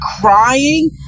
crying